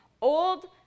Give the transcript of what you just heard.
old